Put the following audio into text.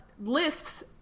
lists